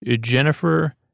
Jennifer